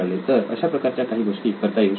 तर अशा प्रकारच्या काही गोष्टी करता येऊ शकतात